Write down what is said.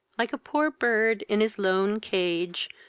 like a poor bird, in his lone cage,